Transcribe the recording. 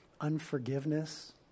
Unforgiveness